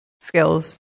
skills